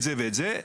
את זה ואת זה".